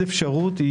עוד אפשרות תהיה,